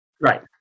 Right